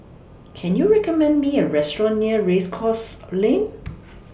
Can YOU recommend Me A Restaurant near Race Course Lane